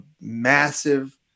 massive